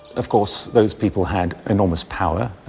of course, those people had enormous power,